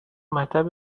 مطب